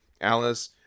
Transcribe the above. Alice